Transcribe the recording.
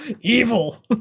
Evil